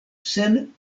sen